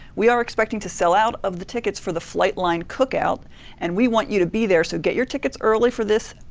we are expecting to sell out of the tickets for the flightline cookout and we want you to be there, so get your tickets early for this,